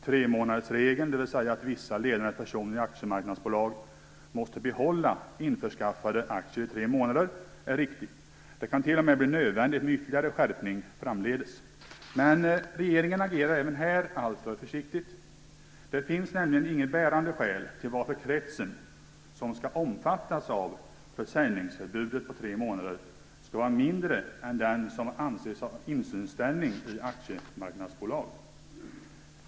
Tremånadersregeln, dvs. att vissa ledande personer i aktiemarknadsbolag måste behålla införskaffade aktier i tre månader, är riktig. Det kan t.o.m. bli nödvändigt med ytterligare skärpning framdeles. Men regeringen agerar även här alltför försiktigt. Det finns nämligen inget bärande skäl till varför den krets som skall omfattas av försäljningsförbudet på tre månader skall vara mindre än den som anses ha insynsställning i aktiemarknadsbolag.